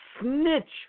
snitch